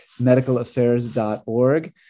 medicalaffairs.org